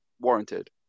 Warranted